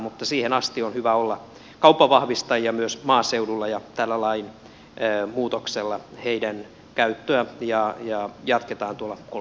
mutta siihen asti on hyvä olla kaupanvahvistajia myös maaseudulla ja tällä lainmuutoksella heidän käyttöään jatketaan tuolla kolmella vuodella